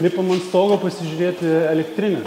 lipam ant stogo pasižiūrėti elektrinės